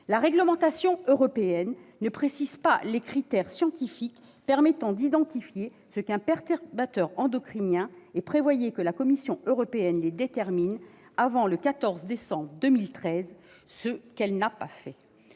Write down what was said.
La réglementation européenne ne précise pas les critères scientifiques permettant d'identifier ce qu'est un perturbateur endocrinien. Elle prévoyait que la Commission européenne les détermine avant le 14 décembre 2013, ce qui n'a pas été